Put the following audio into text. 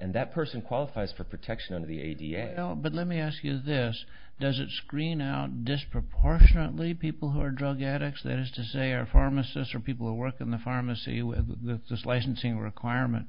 and that person qualifies for protection under the a d l but let me ask you this does it screen out disproportionately people who are drug addicts that is to say or pharmacist or people who work in the pharmacy with the licensing requirement